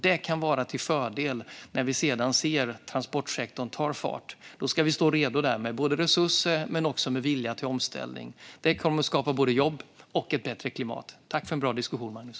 Det kan vara till fördel när vi sedan ser transportsektorn ta fart. Då ska vi stå redo med både resurser och vilja till omställning. Detta kommer att skapa både jobb och ett bättre klimat. Tack för en bra diskussion, Magnus!